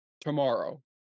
tomorrow